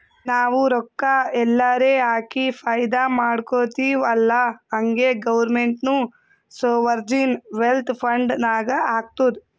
ನಾವು ರೊಕ್ಕಾ ಎಲ್ಲಾರೆ ಹಾಕಿ ಫೈದಾ ಮಾಡ್ಕೊತಿವ್ ಅಲ್ಲಾ ಹಂಗೆ ಗೌರ್ಮೆಂಟ್ನು ಸೋವರ್ಜಿನ್ ವೆಲ್ತ್ ಫಂಡ್ ನಾಗ್ ಹಾಕ್ತುದ್